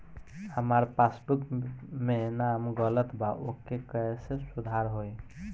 हमार पासबुक मे नाम गलत बा ओके कैसे सुधार होई?